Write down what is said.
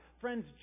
Friends